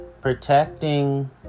Protecting